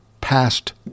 past